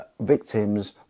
victims